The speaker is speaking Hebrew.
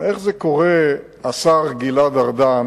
השר גלעד ארדן,